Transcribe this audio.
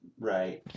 right